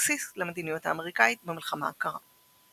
הבסיס למדיניות האמריקאית במלחמה הקרה.